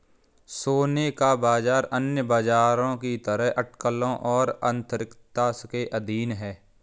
सोने का बाजार अन्य बाजारों की तरह अटकलों और अस्थिरता के अधीन है